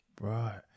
Right